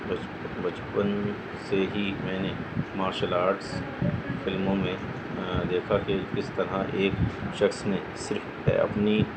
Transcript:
بچ بچپن سے ہی میں نے مارشل آرٹس فلموں میں دیکھا کہ کس طرح ایک شخص نے صرف ہے اپنی